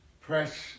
press